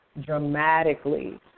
dramatically